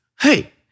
hey